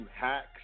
hacks